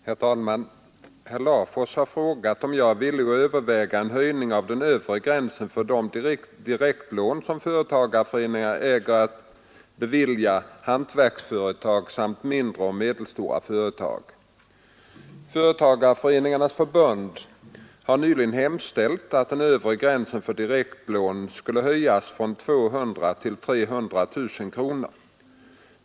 Herr talman! Herr Larfors har frågat mig om jag är villig att överväga en höjning av övre gränsen för de direktlån som företagarföreningarna äger att bevilja hantverksföretag samt mindre och medelstora företag. Företagareföreningarnas förbund har nyligen hemställt att den övre gränsen för direktlån skall höjas från 200 000 till 300 000 kronor.